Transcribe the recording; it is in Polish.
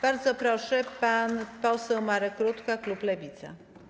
Bardzo proszę, pan poseł Marek Rutka, klub Lewica.